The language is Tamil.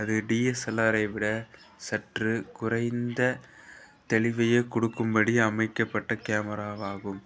அது டிஎஸ்எல்ஆரை விட சற்று குறைந்த தெளிவையே கொடுக்கும்படி அமைக்கப்பட்ட கேமராவாகும்